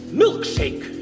milkshake